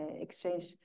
exchange